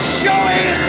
showing